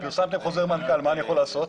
פרסמתם חוזר מנכ"ל מה אני יכול לעשות?